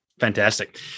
Fantastic